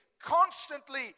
constantly